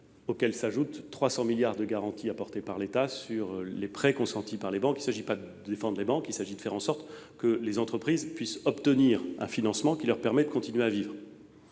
auxquels s'ajoutent 300 milliards de garanties apportées par l'État sur les prêts consentis par les banques. Il ne s'agit pas de défendre les banques, il s'agit de faire en sorte que les entreprises puissent obtenir un financement pour continuer à vivre